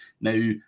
Now